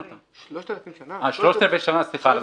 אמרתי 3/4 שנה.